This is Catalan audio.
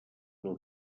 del